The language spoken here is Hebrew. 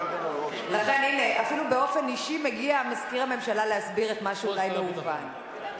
לכן אפילו באופן אישי מגיע מזכיר הממשלה להסביר את מה שאולי לא הובן.